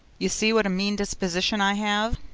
you see what a mean disposition i have.